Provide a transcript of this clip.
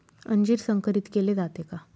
अंजीर संकरित केले जाते का?